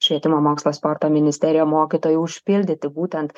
švietimo mokslo ir sporto ministerija mokytojų užpildyti būtent